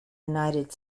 united